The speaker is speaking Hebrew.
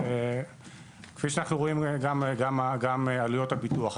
וכפי שאנו רואים גם עלויות הביטוח.